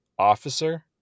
Officer